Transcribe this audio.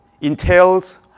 entails